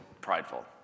prideful